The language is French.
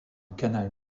canal